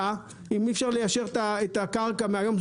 בהפתעה, אם אי אפשר ליישר את הקרקע מהיום?